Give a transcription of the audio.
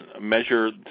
measure